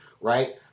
right